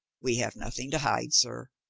we have nothing to hide, sir.